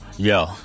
Yo